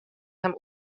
him